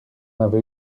avez